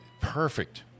Perfect